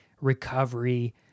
recovery